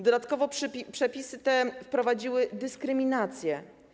Dodatkowo przepisy te wprowadziły dyskryminację.